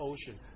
Ocean